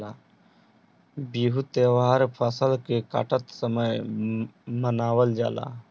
बिहू त्यौहार फसल के काटत समय मनावल जाला